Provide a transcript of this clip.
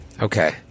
Okay